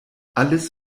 alles